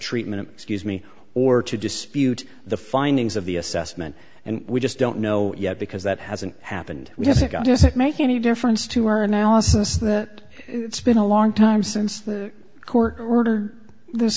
treatment excuse me or to dispute the findings of the assessment and we just don't know yet because that hasn't happened we have to go does it make any difference to our analysis that it's been a long time since the court order this